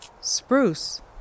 Spruce